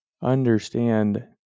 understand